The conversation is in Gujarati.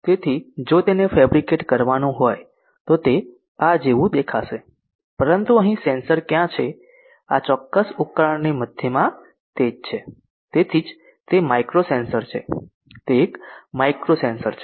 તેથી જો તેને ફેબ્રિકેટ કરવાનું હોય તો તે આ જેવું દેખાશે પરંતુ અહીં સેન્સર ક્યાં છે આ ચોક્કસ ઉપકરણની મધ્યમાં તે જ છે તેથી જ તે માઇક્રો સેન્સર છે તે એક માઇક્રો સેન્સર છે